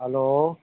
hello